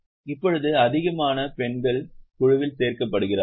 இப்போது அதிகமான பெண்கள் குழுவில் சேர்க்கப்படுகிறார்கள்